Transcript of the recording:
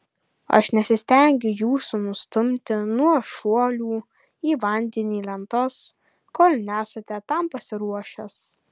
aš nesistengiu jūsų nustumti nuo šuolių į vandenį lentos kol nesate tam pasiruošęs